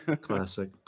classic